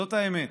זאת האמת.